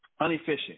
unefficient